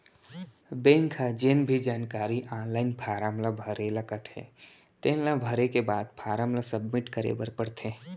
bank ह जेन भी जानकारी आनलाइन फारम ल भरे ल कथे तेन ल भरे के बाद फारम ल सबमिट करे बर परथे